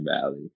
Valley